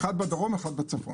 אחד בדרום ואחד בצפון.